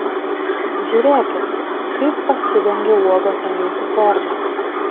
žiūrėkit kaip pasidengia uogos ant jūsų formos